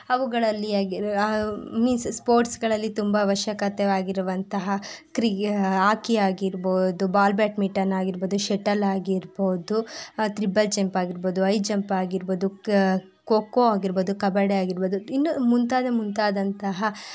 ಅವುಗಳಲ್ಲಿಯಾಗಿರ್ means ಸ್ಪೋರ್ಟ್ಸ್ಗಳಲ್ಲಿ ತುಂಬ ಅವಶ್ಯಕತೆಯಾಗಿರುವಂತಹ ಕ್ರೀ ಆಕಿ ಆಗಿರ್ಬೋದು ಬಾಲ್ ಬ್ಯಾಡ್ಮಿಟನ್ ಆಗಿರ್ಬೋದು ಶಟಲ್ ಆಗಿರ್ಬಹುದು ತ್ರಿಬಲ್ ಜಂಪ್ ಆಗಿರ್ಬಹುದು ಐ ಜಂಪ್ ಆಗಿರ್ಬೋದು ಖೋ ಖೋ ಆಗಿರ್ಬೋದು ಕಬಡ್ಡಿ ಆಗಿರ್ಬೋದು ಇನ್ನೂ ಮುಂತಾದ ಮುಂತಾದಂತಹ